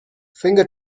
finger